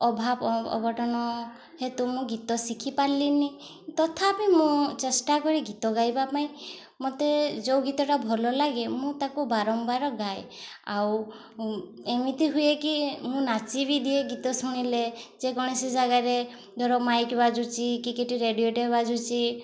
ଅଭାବ ଅନଟନ ହେତୁ ମୁଁ ଗୀତ ଶିଖିପାରିଲିନି ତଥାପି ମୁଁ ଚେଷ୍ଟା କରି ଗୀତ ଗାଇବା ପାଇଁ ମୋତେ ଯେଉଁ ଗୀତଟା ଭଲ ଲାଗେ ମୁଁ ତାକୁ ବାରମ୍ବାର ଗାଏ ଆଉ ଏମିତି ହୁଏ କି ମୁଁ ନାଚି ବି ଦିଏ ଗୀତ ଶୁଣିଲେ ଯେକୌଣସି ଜାଗାରେ ଧର ମାଇକ୍ ବାଜୁଛି କି କିଟି ରେଡ଼ିଓଟେ ବାଜୁଛି